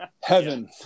Heaven